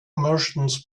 merchants